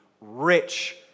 rich